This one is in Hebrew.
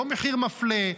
לא מחיר מפלה.